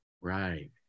right